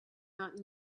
not